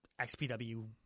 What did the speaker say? XPW